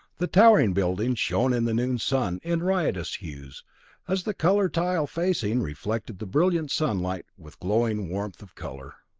the towering buildings shone in the noon sun in riotous hues as the colored tile facing reflected the brilliant sunlight with glowing warmth of color.